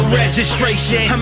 registration